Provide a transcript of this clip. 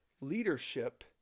leadership